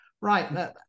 Right